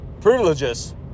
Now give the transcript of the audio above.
Privileges